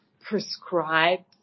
prescribed